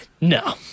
No